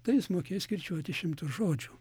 tai jis mokės kirčiuoti šimtus žodžių